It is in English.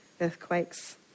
earthquakes